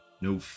No